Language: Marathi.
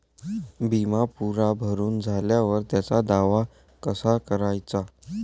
बिमा पुरा भरून झाल्यावर त्याचा दावा कसा कराचा?